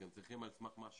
כי הם צריכים על סמך משהו.